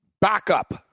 backup